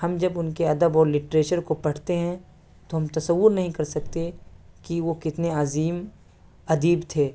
ہم جب ان کے ادب اور لٹریچر کو پڑھتے ہیں تو ہم تصور نہیں کر سکتے کہ وہ کتنے عظیم ادیب تھے